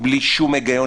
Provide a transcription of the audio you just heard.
בלי שום היגיון